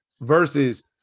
Versus